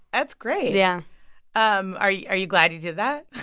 that's great yeah um are you are you glad you did that?